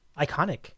Iconic